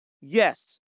Yes